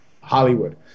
Hollywood